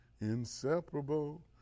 inseparable